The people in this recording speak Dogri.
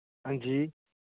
हां जी